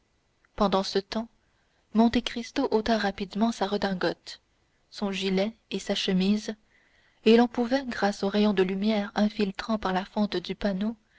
pendant ce temps monte cristo ôtait rapidement sa redingote son gilet et sa chemise et l'on pouvait grâce au rayon de lumière filtrant par la fente du panneau